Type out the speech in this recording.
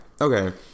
Okay